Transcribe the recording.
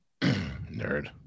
Nerd